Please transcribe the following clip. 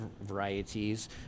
varieties